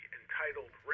entitled